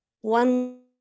one